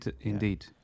Indeed